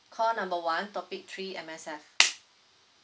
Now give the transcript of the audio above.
call number one topic three M_S_F